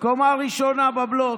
קומה ראשונה בבלוק,